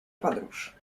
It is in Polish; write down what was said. podróż